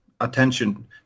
attention